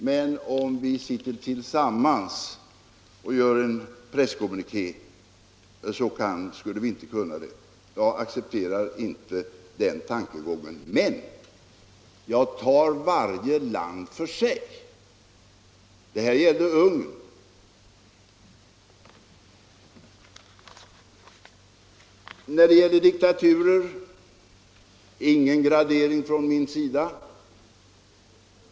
Men om vi sitter tillsammans och gör en presskommuniké skulle vi inte kunna det! Jag accepterar inte den tankegången. Men jag tar varje land för sig. Nu var det fråga om Ungern. När det gäller diktaturer gör jag ingen gradering.